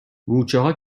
مورچهها